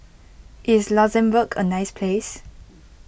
is Luxembourg a nice place